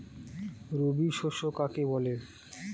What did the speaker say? রবি শস্য কাকে বলে?